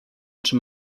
czy